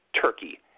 Turkey